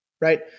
right